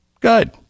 Good